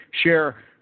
share